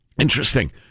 Interesting